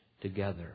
together